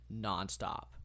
nonstop